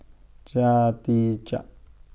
Chia Tee Chiak